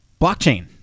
blockchain